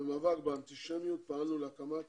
במאבק באנטישמיות פעלנו להקמת